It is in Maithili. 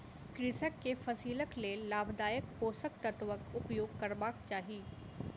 कृषक के फसिलक लेल लाभदायक पोषक तत्वक उपयोग करबाक चाही